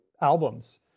albums